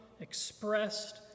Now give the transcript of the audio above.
expressed